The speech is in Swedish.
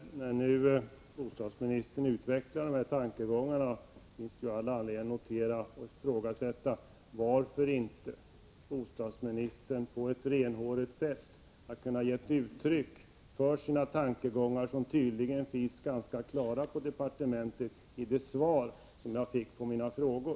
Herr talman! När nu bostadsministern utvecklar sina tankegångar, finns det all anledning att ifrågasätta varför inte bostadsministern på ett renhårigt sätt har kunnat ge uttryck för dessa tankegångar, som tydligen finns ganska klart uttänkta på departementet, i det svar som jag fick på mina frågor.